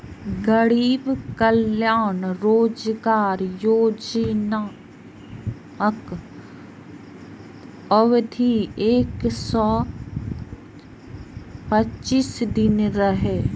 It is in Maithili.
गरीब कल्याण रोजगार योजनाक अवधि एक सय पच्चीस दिन रहै